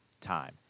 time